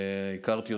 שהכרתי,